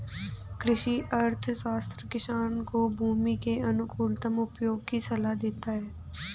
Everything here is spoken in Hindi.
कृषि अर्थशास्त्र किसान को भूमि के अनुकूलतम उपयोग की सलाह देता है